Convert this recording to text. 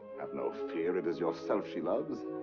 have no fear, it is yourself she loves.